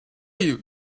you